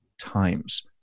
times